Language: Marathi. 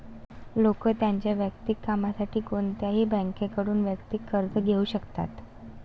लोक त्यांच्या वैयक्तिक कामासाठी कोणत्याही बँकेकडून वैयक्तिक कर्ज घेऊ शकतात